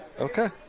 okay